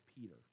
Peter